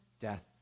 death